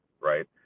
right